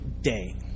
day